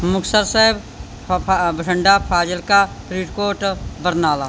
ਮੁਕਤਸਰ ਸਾਹਿਬ ਫਾ ਫਾ ਬਠਿੰਡਾ ਫਾਜ਼ਿਲਕਾ ਫਰੀਦਕੋਟ ਬਰਨਾਲਾ